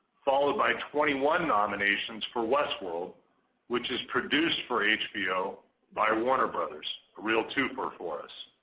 followed by twenty one nominations for westworld which is produced for hbo by warner brothers, a real twofer for us.